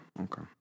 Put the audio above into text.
Okay